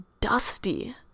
dusty